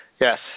Yes